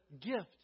gift